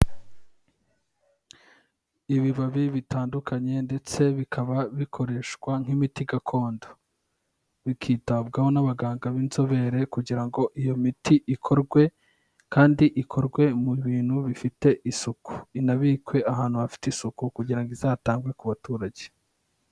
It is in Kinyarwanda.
Ibibabi bitandukanye ndetse bikaba bikoreshwa nk'imiti gakondo. Bikitabwaho n'abaganga b'inzobere kugira ngo iyo miti ikorwe kandi ikorwe mu bintu bifite isuku. Inabikwe ahantu hafite isuku kugira ngo izatangwe ku baturage.